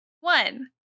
One